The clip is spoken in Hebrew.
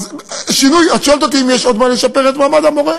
את שואלת אותי אם יש עוד מה לשפר במעמד המורה?